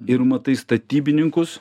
ir matai statybininkus